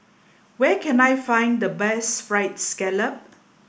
where can I find the best Fried Scallop